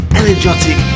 energetic